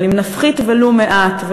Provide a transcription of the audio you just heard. אבל אם נפחית ולו מעט,